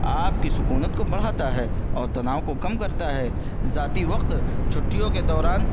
آپ کی سکونت کو بڑھاتا ہے اور تناؤ کو کم کرتا ہے ذاتی وقت چھٹیوں کے دوران